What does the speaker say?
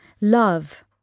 love